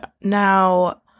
Now